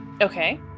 Okay